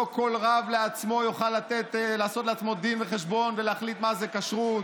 לא כל רב יוכל לעשות לעצמו דין וחשבון ולהחליט מה זה כשרות,